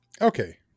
Okay